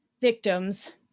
victims